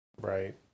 Right